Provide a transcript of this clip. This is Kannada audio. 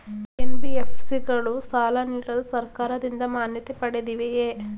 ಎನ್.ಬಿ.ಎಫ್.ಸಿ ಗಳು ಸಾಲ ನೀಡಲು ಸರ್ಕಾರದಿಂದ ಮಾನ್ಯತೆ ಪಡೆದಿವೆಯೇ?